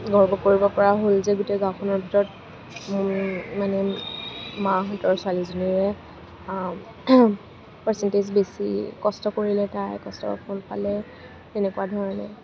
গৰ্ব কৰিব পৰা হ'ল যে গোটেই গাঁওখনৰ ভিতৰত মানে মাঁহতৰ ছোৱালীজনীৰে পাৰচেণ্টেজ বেছি কষ্ট কৰিলে তাই কষ্টৰ ফল পালে তেনেকুৱা ধৰণে